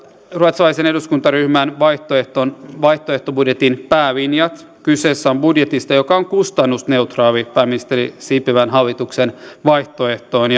ruotsalaisen eduskuntaryhmän vaihtoehtobudjetin päälinjat kyse on budjetista joka on kustannusneutraali pääministeri sipilän hallituksen vaihtoehtoon